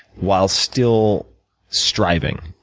while still striving,